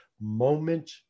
moment